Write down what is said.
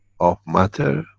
of matter,